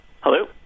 Hello